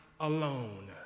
alone